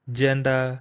gender